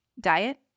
Diet